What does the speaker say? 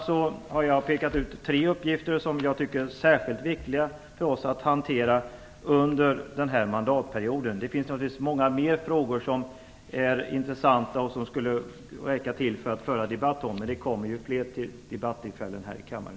Jag har pekat ut tre uppgifter som jag tycker är särskilt viktiga för oss att hantera under denna mandatperiod. Det finns naturligtvis många fler frågor som är intressanta och som det skulle kunna föras en debatt om, men det kommer fler debattillfällen här i kammaren.